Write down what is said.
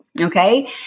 Okay